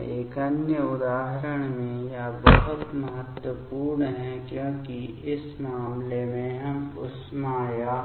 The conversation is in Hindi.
एक अन्य उदाहरण में यह बहुत महत्वपूर्ण है क्योंकि इस मामले में हम ऊष्मा या